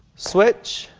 switch,